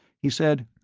he said,